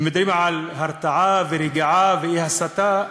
ומדברים על הרתעה ורגיעה והסתה,